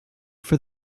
for